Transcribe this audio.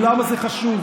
ולמה זה חשוב?